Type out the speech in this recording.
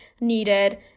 needed